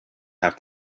half